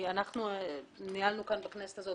אנחנו ניהלנו כאן בכנסת הזאת,